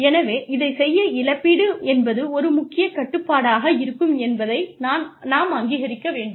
எனவே இதைச் செய்ய இழப்பீடு என்பது ஒரு முக்கிய கட்டுப்பாடாக இருக்கும் என்பதை நாம் அங்கீகரிக்க வேண்டும்